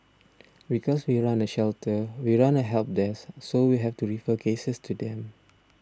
because we run a shelter we run a help desk so we have to refer cases to them